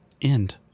End